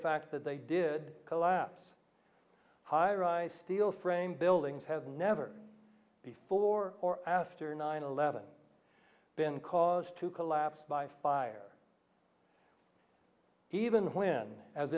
fact that they did collapse highrise steel framed buildings have never before or after nine eleven been caused to collapse by fire even when